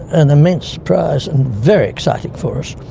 an immense surprise and very exciting for us.